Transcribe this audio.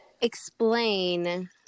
explain